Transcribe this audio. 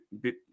bit